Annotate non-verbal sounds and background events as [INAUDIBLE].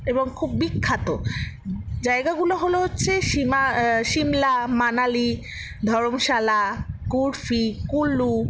এবং খুব বিখ্যাত জায়গাগুলো হলো হচ্ছে শিমলা মানালি ধরমশালা [UNINTELLIGIBLE] কুলু